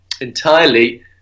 entirely